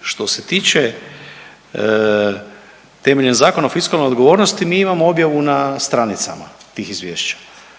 Što se tiče temeljem Zakona o fiskalnoj odgovornosti mi imamo objavu na stranicama tih izvješća,